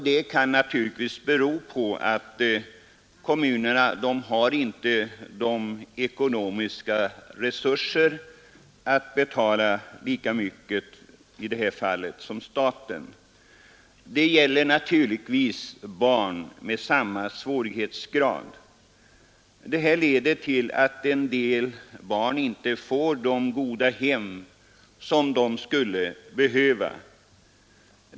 Det kan naturligtvis bero på att kommunerna inte har samma ekonomiska resurser som staten. Det gäller naturligtvis här barn med samma svårigheter. Detta leder till att en del barn inte får de goda hem som de skulle behöva.